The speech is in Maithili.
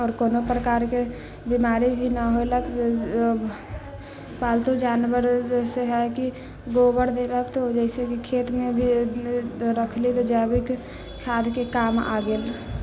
आओर कोनो प्रकारके बीमारी भी ना होलक पालतू जानवर जैसे है कि गोबर देलक तऽ जैसेकि खेतमे भी रखली तऽ जैविक खादके काम आ गेल